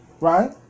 right